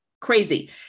Crazy